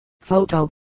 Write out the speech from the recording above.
Photo